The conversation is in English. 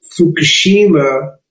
Fukushima